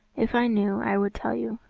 if i knew i would tell you.